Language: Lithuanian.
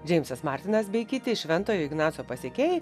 džeimsas martinas bei kiti šventojo ignaco pasekėjai